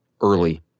early